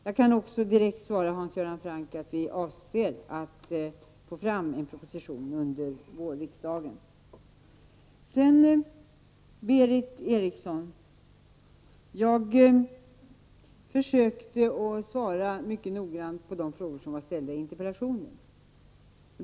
Jag kan vidare direkt tala om för Hans Göran Franck att vår avsikt är att förelägga riksdagen en proposition till våren Jag försökte mycket noggrant besvara de frågor som Berith Eriksson ställde i sin interpellation.